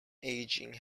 aging